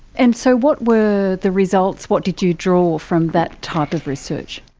and so what were the results, what did you draw from that type of research?